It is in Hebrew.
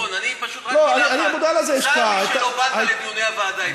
רק מילה אחת, צר לי שלא באת לדיוני הוועדה.